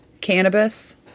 cannabis